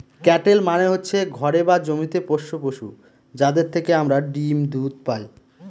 cattle মানে হচ্ছে ঘরে বা জমিতে পোষ্য পশু, যাদের থেকে আমরা ডিম দুধ পায়